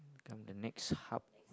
come the next hub